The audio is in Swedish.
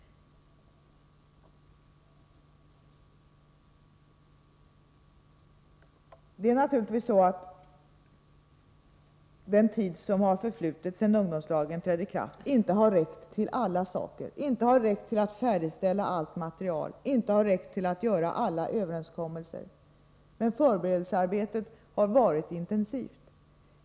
Det är klart att den tid som förflutit sedan ungdomslagen trädde i kraft inte har räckt till alla saker. Man har inte hunnit färdigställa allt material och inte hunnit träffa alla överenskommelser. Men förberedelsearbetet har varit intensivt.